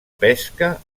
pesca